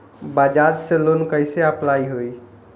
बजाज से लोन कईसे अप्लाई होई?